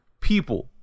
people